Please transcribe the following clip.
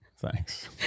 thanks